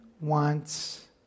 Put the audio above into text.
wants